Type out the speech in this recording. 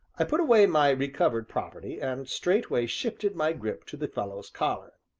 i put away my recovered property, and straightway shifted my grip to the fellow's collar.